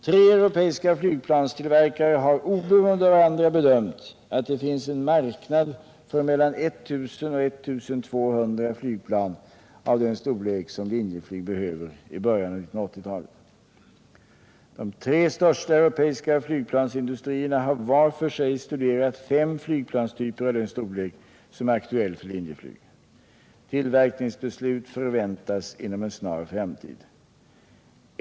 Tre europeiska flygplanstillverkare har oberoende av varandra bedömt att det finns en marknad för mellan 1000 och 2000 flygplan av den storlek som Linjeflyg behöver i början av 1980-talet. De tre största europeiska flygplansindustrierna har var för sig studerat fem flygplanstyper av den storlek som är aktuell för Linjeflyg. Tillverkningsbeslut förväntas inom en snar framtid.